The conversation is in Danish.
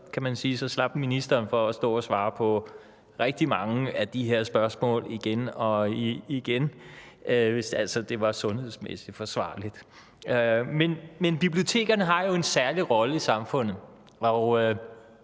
så slap ministeren for at stå og svare på rigtig mange af de her spørgsmål igen og igen – hvis altså det var sundhedsmæssigt forsvarligt. Men bibliotekerne har jo en særlig rolle i samfundet.